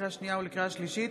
לקריאה שנייה ולקריאה שלישית: